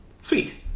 Sweet